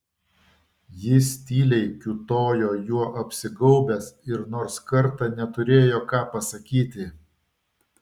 jis tyliai kiūtojo juo apsigaubęs ir nors kartą neturėjo ką pasakyti